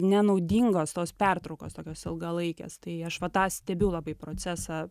nenaudingos tos pertraukos tokios ilgalaikės tai aš va tą stebiu labai procesą